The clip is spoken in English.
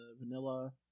vanilla